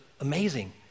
amazing